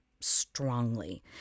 strongly